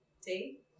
See